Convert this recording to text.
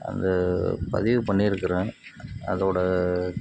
அந்த பதிவு பண்ணியிருக்குறேன் அதோடய